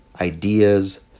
ideas